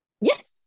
Yes